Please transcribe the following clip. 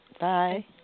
Bye